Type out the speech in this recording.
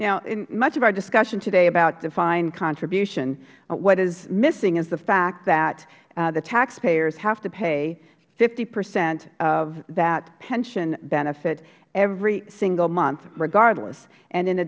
in much of our discussion today about defined contribution what is missing is the fact that the taxpayers have to pay fifty percent of that pension benefit every single month regardless and in a